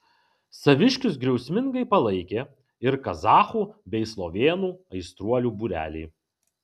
saviškius griausmingai palaikė ir kazachų bei slovėnų aistruolių būreliai